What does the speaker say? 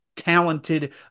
Talented